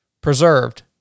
Preserved